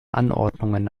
anordnungen